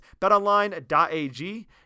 Betonline.ag